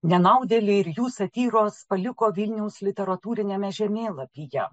nenaudėliai ir jų satyros paliko vilniaus literatūriniame žemėlapyje